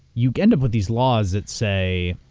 you end up with these laws that say,